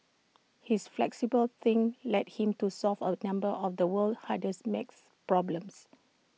his flexible thinking led him to solve A number of the world's hardest math problems